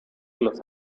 los